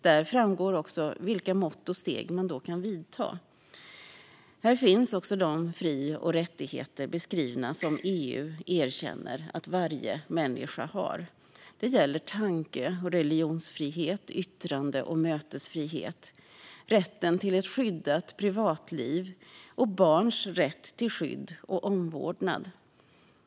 Där framgår också vilka mått och steg man då kan vidta. Där finns också de fri och rättigheter beskrivna som EU erkänner att varje människa har. Det gäller tanke-, religions-, yttrande och mötesfrihet, rätt till ett skyddat privatliv och barns rätt till skydd och omvårdnad.